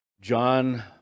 John